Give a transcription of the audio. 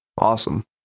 Awesome